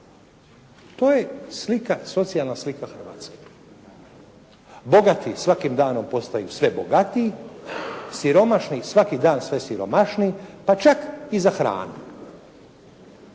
slika, socijalna slika Hrvatske. Bogati svakim danom postaju sve bogatiji, siromašni svaki dan sve siromašnijih pa čak i za hranu.